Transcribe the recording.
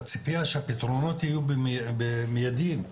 הציפייה שהפתרונות יהיו מיידיים,